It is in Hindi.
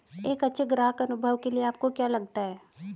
एक अच्छे ग्राहक अनुभव के लिए आपको क्या लगता है?